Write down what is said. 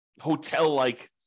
hotel-like